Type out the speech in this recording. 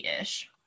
ish